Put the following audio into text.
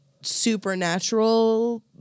supernatural